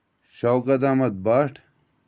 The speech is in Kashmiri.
شوکت احمد بٹ